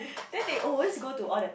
then they always go to all the